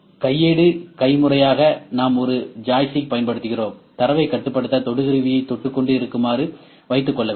கையேடு கைமுறையாக நாம் ஒரு ஜாய்ஸ்டிக் பயன்படுத்துகிறோம் தரவைக் கட்டுப்படுத்த தொடு கருவியை தொட்டுக்கொண்டு இருக்குமாறு வைத்துக்கொள்ளவேண்டும்